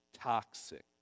toxic